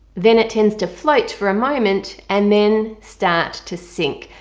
then it tends to float for a moment and then start to sink.